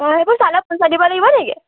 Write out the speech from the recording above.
অঁ সেইবোৰ চালে পইচা দিব লাগিব নেকি